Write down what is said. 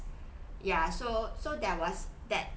ya so so there was that